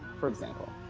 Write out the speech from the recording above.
for example.